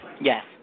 Yes